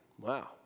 Wow